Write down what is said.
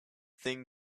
thing